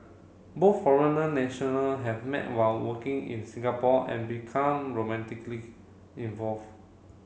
both foreigner nationals had met while working in Singapore and become romantically involved